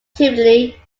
timidly